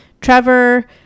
Trevor